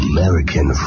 American